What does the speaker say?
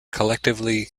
collectively